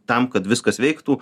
tam kad viskas veiktų